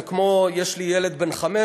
זה כמו, יש לי ילד בן חמש,